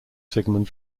sigmund